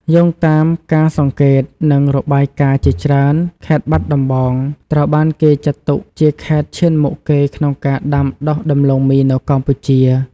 យោងតាមការសង្កេត និងរបាយការណ៍ជាច្រើន ខេត្តបាត់ដំបង ត្រូវបានគេចាត់ទុកជាខេត្តឈានមុខគេក្នុងការដាំដុះដំឡូងមីនៅកម្ពុជា។